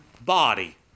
body